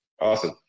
Awesome